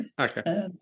Okay